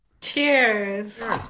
Cheers